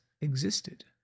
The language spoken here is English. existed